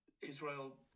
israel